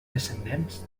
descendents